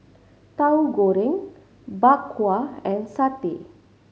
Tahu Goreng Bak Kwa and satay